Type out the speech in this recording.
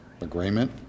agreement